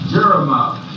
Jeremiah